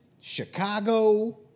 Chicago